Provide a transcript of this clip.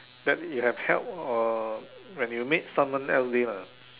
that you have helped or when you made someone else day lah